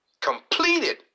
completed